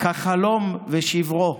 כעל חלום ושברו.